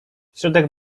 środek